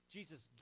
Jesus